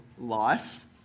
life